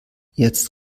jetzt